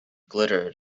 glittered